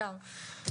סתם.